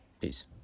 Peace